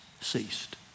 ceased